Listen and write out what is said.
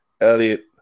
elliot